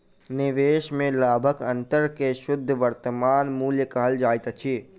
निवेश में लाभक अंतर के शुद्ध वर्तमान मूल्य कहल जाइत अछि